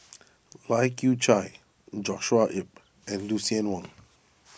Lai Kew Chai Joshua Ip and Lucien Wang